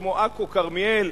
כמו עכו כרמיאל,